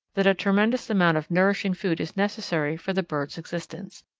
that a tremendous amount of nourishing food is necessary for the bird's existence.